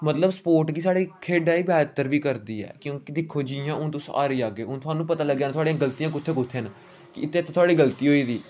मतलब स्पोर्ट गी साढ़े खेढै गी बेहतर बी करदी ऐ क्योंकि दिक्खो जियां हून तुस हारी जाह्गे ओ हून थुआनूं पता लग्गी जानियां हून थुआढ़ियां गल्तियां कु'त्थें कु'त्थें न कि इत्थे थुआढ़ी गल्ती होई दी